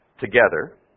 together